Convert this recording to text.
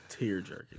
tearjerking